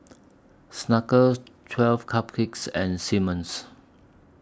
Smuckers twelve Cupcakes and Simmons